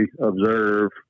observe